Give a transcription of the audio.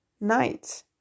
night